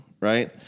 Right